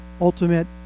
ultimate